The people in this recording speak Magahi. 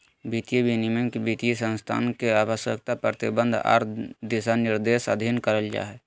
वित्तीय विनियमन में वित्तीय संस्थान के आवश्यकता, प्रतिबंध आर दिशानिर्देश अधीन करल जा हय